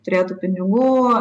turėtų pinigų